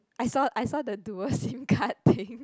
I saw I saw the dual Sim card thing